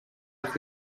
els